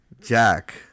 Jack